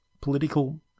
political